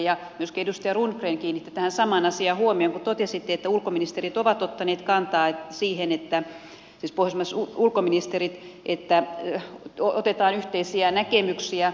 ja myöskin edustaja rundgren kiinnitti tähän samaan asiaan huomion kun totesitte että pohjoismaiset ulkoministerit ovat ottaneet kantaa siihen että otetaan yhteisiä näkemyksiä